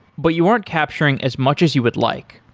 but you aren't capturing as much as you would like.